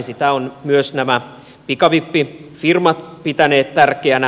sitä ovat myös nämä pikavippifirmat pitäneet tärkeänä